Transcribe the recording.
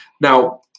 Now